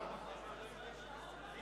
רבותי חברי הכנסת, יש